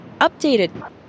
updated